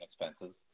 expenses